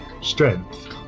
Strength